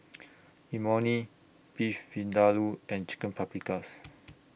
Imoni Beef Vindaloo and Chicken Paprikas